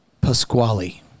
Pasquale